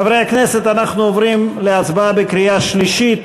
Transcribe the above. חברי הכנסת, אנחנו עוברים להצבעה בקריאה שלישית.